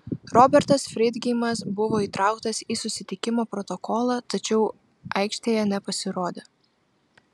robertas freidgeimas buvo įtrauktas į susitikimo protokolą tačiau aikštėje nepasirodė